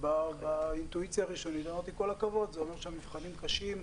אתה רוצה שיפורים.